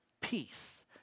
peace